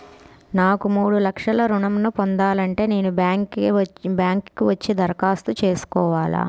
నాకు మూడు లక్షలు ఋణం ను పొందాలంటే నేను బ్యాంక్కి వచ్చి దరఖాస్తు చేసుకోవాలా?